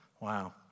Wow